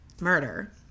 murder